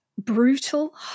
Brutal